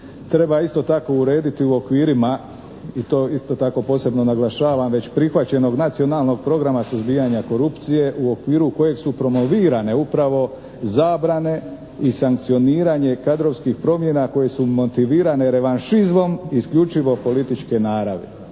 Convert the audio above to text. treba isto tako urediti u okvirima i to isto tako posebno naglašavam, već prihvaćenog nacionalnog programa suzbijanja korupcije u okviru kojeg su promovirane upravo zabrane i sankcioniranje kadrovskih promjena koje su motivirane revanšizmom isključivo političke naravi.